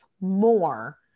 more